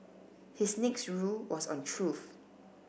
his next rule was on truth